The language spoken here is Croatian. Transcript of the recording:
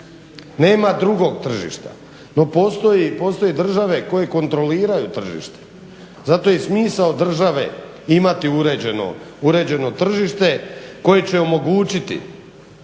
nema drugog tržišta. No, postoji, postoje države koje kontroliraju tržište, zato je smisao države imati uređeno tržište koje će omogućiti